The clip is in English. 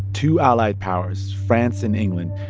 two allied powers, france and england,